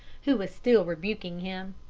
who was still rebuking him.